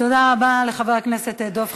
תודה רבה לחבר הכנסת דב חנין.